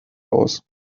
aus